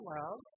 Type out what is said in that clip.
loud